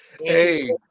Hey